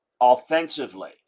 offensively